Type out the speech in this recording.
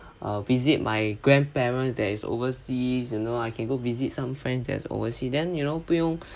err visit my grandparents that is overseas you know I can go visit some friends that is oversea then you know 不用